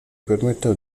permettano